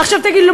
עכשיו תגידי לי,